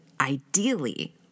ideally